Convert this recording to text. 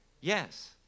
Yes